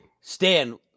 Stan